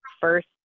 first